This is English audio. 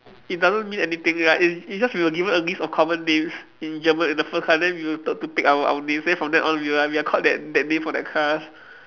it doesn't mean anything like it's it just we were given a list of common names in German in the first class then we were told to pick our our names then from then on we are we are called that that name for that class